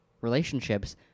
relationships